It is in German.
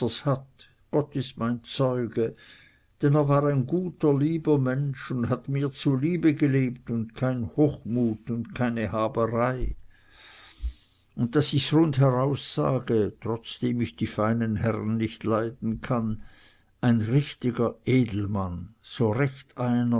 gott ist mein zeuge denn er war ein guter lieber mensch und hat mir zu liebe gelebt und kein hochmut und keine haberei und daß ich's rundheraus sage trotzdem ich die feinen herren nicht leiden kann ein richtiger edelmann so recht